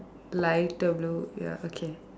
lighter blue ya okay